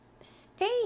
stay